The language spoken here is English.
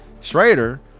Schrader